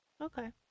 Okay